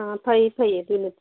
ꯑꯥ ꯐꯩ ꯐꯩ ꯑꯗꯨꯅ